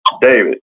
David